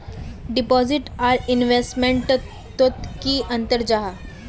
Deposit आर investment तोत की अंतर जाहा?